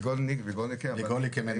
עם ויגולניק כמנהל,